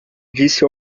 disse